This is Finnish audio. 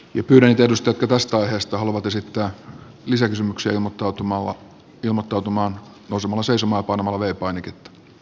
nykyinen kalusto koostuu aiheesta luvat esittää lisäkysymyksiä mattoutumalla ilmoittautumaan nousemalla aivan olennainen kysymys